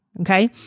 Okay